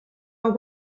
are